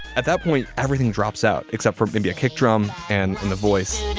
at that point, everything drops out except for maybe a kick drum and and the voice.